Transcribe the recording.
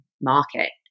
market